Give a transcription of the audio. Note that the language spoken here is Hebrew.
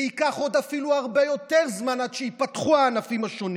וייקח אפילו עוד הרבה יותר זמן עד שייפתחו הענפים השונים.